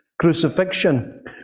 crucifixion